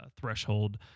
threshold